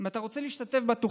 אם אתה רוצה להשתתף בתוכנית,